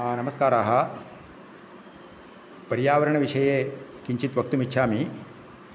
नमस्काराः पर्यावरणविषये किञ्चित् वक्तुम् इच्छामि